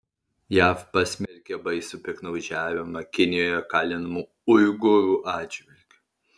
jav pasmerkė baisų piktnaudžiavimą kinijoje kalinamų uigūrų atžvilgiu